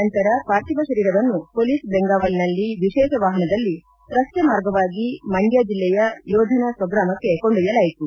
ನಂತರ ಪಾರ್ಥಿವ ಶರೀರವನ್ನು ಹೊಲೀಸ್ ದೆಂಗಾವಲಿನಲ್ಲಿ ವಿಶೇಷ ವಾಹನದಲ್ಲಿ ರಸ್ತೆ ಮಾರ್ಗವಾಗಿ ಮಂಡ್ದ ಜಿಲ್ಲೆಯ ಯೋಧನ ಸ್ವಗ್ರಾಮಕ್ಕೆ ಕೊಂಡೊಯ್ಲಲಾಯಿತು